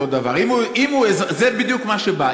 אותו דבר, זה בדיוק מה שבא.